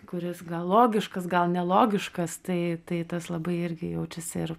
kuris gal logiškas gal nelogiškas tai tai tas labai irgi jaučiasi ir